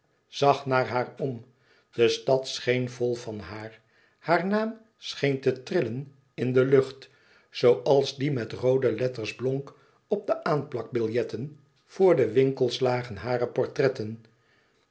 zag naar haar om de stad scheen vol van haar haar naam scheen te trillen in de lucht zooals die met roode letters blonk op de aanplakbiljetten voor de winkels lagen hare portretten